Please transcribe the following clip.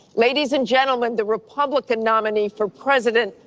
ladies and gentlemen, the republican nominee for president,